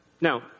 Now